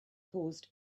caused